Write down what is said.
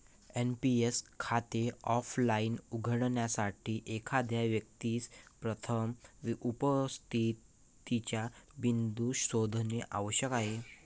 NPS खाते offline उघडण्यासाठी, एखाद्या व्यक्तीस प्रथम उपस्थितीचा बिंदू शोधणे आवश्यक आहे